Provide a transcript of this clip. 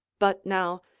but now,